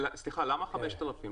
למה 5,000?